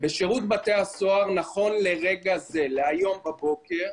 בשירות בתי הסוהר, נכון לרגע זה, להיום בבוקר,